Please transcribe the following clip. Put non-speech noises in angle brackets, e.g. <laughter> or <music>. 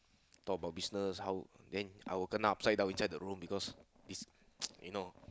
talk about business how then I will kena upside down inside that room because this <noise> you know